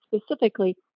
specifically